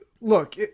look